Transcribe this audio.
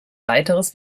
weiteres